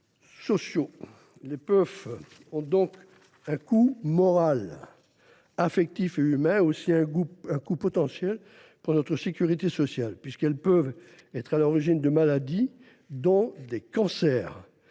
les réseaux sociaux. Si les puffs ont un coût moral, affectif et humain, elles ont aussi un coût potentiel pour notre sécurité sociale, puisqu’elles peuvent être à l’origine de maladies, dont des cancers.